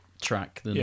track